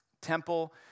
Temple